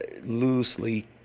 loosely